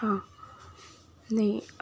ہاں نہیں